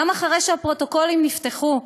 גם אחרי שהפרוטוקולים נפתחו,